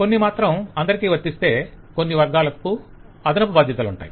కొన్ని మాత్రం అందరికి వర్తిస్తే కొన్ని వర్గాలకు అదనపు బాధ్యతలుంటాయి